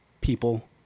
people